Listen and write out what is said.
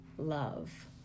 love